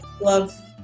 love